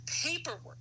paperwork